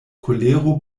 kolero